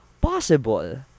possible